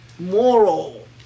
moral